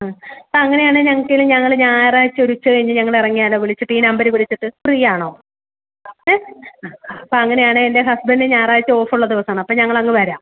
ആ അപ്പം അങ്ങനെ ആണെങ്കിൽ ഞങ്ങൾക്ക് ഇനി ഞായറാഴ്ച ഒരു ഉച്ച കഴിഞ്ഞിട്ട് ഞങ്ങൾ ഇറങ്ങിയാലോ വിളിച്ചിട്ട് ഈ നമ്പറിൽ വിളിച്ചിട്ട് ഫ്രീ ആണോ ഏ ആ അപ്പോൾ അങ്ങനെ ആണെങ്കിൽ എൻ്റെ ഹസ്ബൻഡ് ഞായറാഴ്ച ഓഫ് ഉള്ള ദിവസമാണ് അപ്പം ഞങ്ങൾ അങ്ങ് വരാം